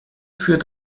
für